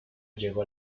llegó